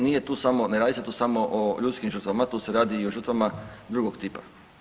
Nije tu samo, ne radi se tu samo o ljudskim žrtvama, tu se radi i o žrtvama drugog tipa.